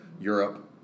Europe